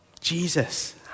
Jesus